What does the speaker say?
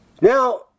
now